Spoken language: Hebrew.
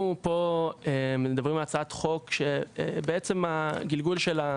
אנחנו פה מדברים על הצעת חוק שהגלגול שלה,